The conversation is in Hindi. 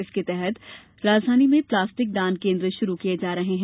इसके तहत राजधानी में प्लास्टिक दान केन्द्र श्रू किये जा रहे हैं